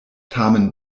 tamen